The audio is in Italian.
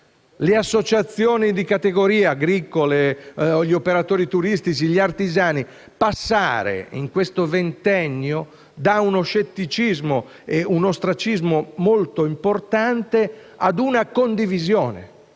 le associazioni di categoria agricole, gli operatori turistici e gli artigiani passare in questo ventennio da uno scetticismo e da un ostracismo molto importanti a una condivisione,